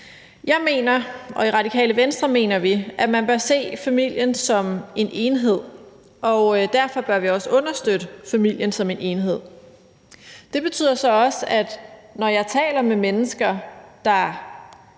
Jeg og Det Radikale Venstre mener, at man bør se familien som en enhed, og derfor bør vi også understøtte familien som en enhed. Det betyder så også, at når jeg taler med mennesker, der